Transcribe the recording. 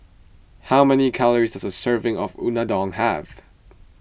how many calories does a serving of Unadon have